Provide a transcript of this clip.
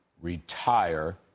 retire